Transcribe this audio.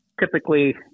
typically